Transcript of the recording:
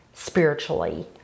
spiritually